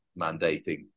mandating